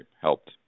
helped